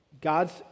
God's